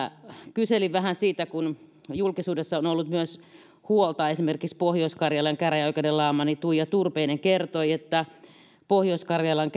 kyselin vähän siitä kun julkisuudessa on ollut siitä myös huolta esimerkiksi pohjois karjalan käräjäoikeuden laamanni tuija turpeinen kertoi että pohjois karjalan